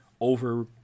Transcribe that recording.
over